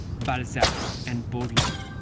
balzac, and baudelaire.